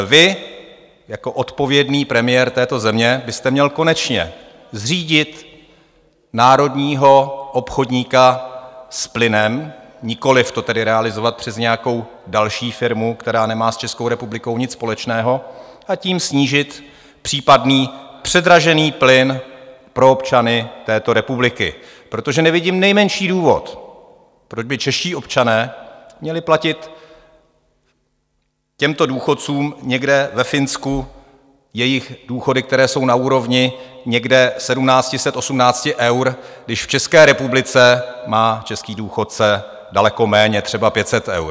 Vy jako odpovědný premiér této země byste měl konečně zřídit národního obchodníka s plynem, nikoliv to realizovat přes nějakou další firmu, která nemá s Českou republikou nic společného, a tím snížit případný předražený plyn pro občany této republiky, protože nevidím nejmenší důvod, proč by čeští občané měli platit těmto důchodcům někde ve Finsku jejich důchody, které jsou na úrovni někde 1 700 až 1 800 eur, když v České republice má český důchodce daleko méně, třeba 500 eur.